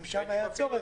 אם שם היה צורך,